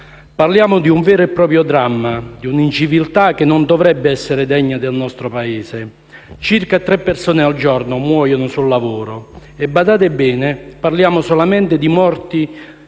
Parliamo di un vero e proprio dramma, di un'inciviltà che non dovrebbe essere degna del nostro Paese. Circa tre persone al giorno muoiono sul lavoro e - badate bene - parliamo solamente di morti